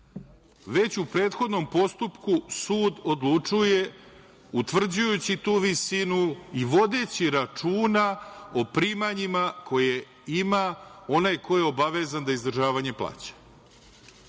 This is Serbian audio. već u prethodnom postupku sud odlučuje, utvrđujući tu visinu i vodeći računa o primanjima koje ima onaj ko je obavezan da izdržavanje plaća.